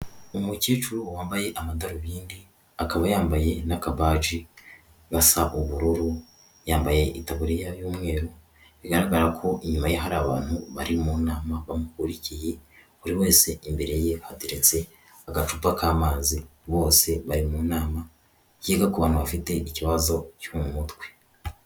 Umukecuru wambaye amadarubindi, akaba yambaye n'akabaji gasa ubururu, yambaye itaburiya y'umweru bigaragara ko inyuma hari abantu bari mu nama bamukurikiye, buri wese imbere ye hateretse agacupa k'amazi bose bari mu nama yiga ku bantu bafite ikibazo cyo mu mutwe.